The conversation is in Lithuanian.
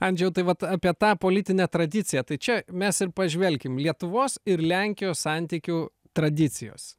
andžejau tai vat apie tą politinę tradiciją tai čia mes ir pažvelkim lietuvos ir lenkijos santykių tradicijos